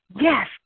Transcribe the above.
Yes